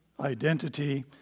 identity